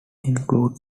include